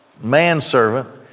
manservant